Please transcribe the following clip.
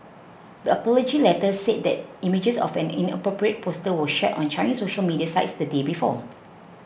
the apology letter said that images of an inappropriate poster were shared on Chinese social media sites the day before